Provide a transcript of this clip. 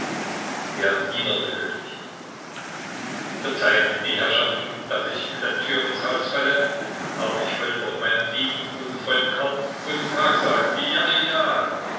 er dienerte höflich verzeihen die herrschaften daß ich mit der tür ins haus falle aber ich wollte doch meinem lieben guten freund karl guten tag sagen ja ja